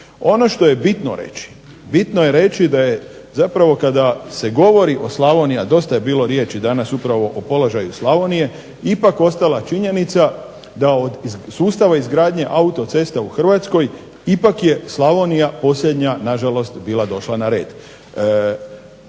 Ono što je bitno reći, bitno je reći da je zapravo kada se govori o Slavoniji, a dosta je bilo riječi danas upravo o položaju Slavonije ipak ostala činjenica da od sustava izgradnje autocesta u Hrvatskoj ipak je Slavonija posljednja na žalost bila došla na red.